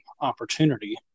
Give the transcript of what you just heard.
opportunity